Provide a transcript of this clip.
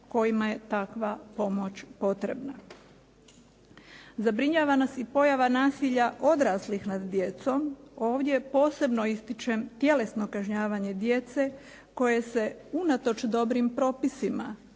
kojima je takva pomoć potrebna. Zabrinjava nas i pojava nasilja odraslih nad djecom. Ovdje posebno ističem tjelesno kažnjavanje djece koje se unatoč dobrim propisima